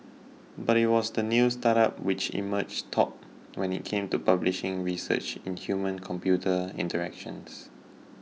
but it was the new startup which emerged top when it came to publishing research in humancomputer interactions